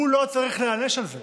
הוא לא צריך להיענש על זה,